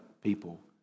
people